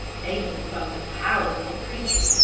they were both powerful creatures,